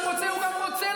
הוא רוצה גם לצבא,